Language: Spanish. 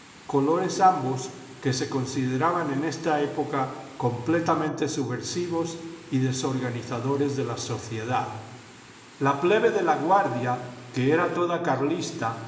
colores nmbos que se consideraban en esta época completamente subversivos y desorganizadores de la sociedad la plebe de laguardia que era toda carlista